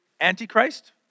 antichrist